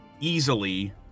easily